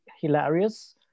hilarious